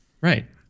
Right